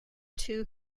two